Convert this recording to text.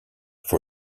for